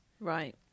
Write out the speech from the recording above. Right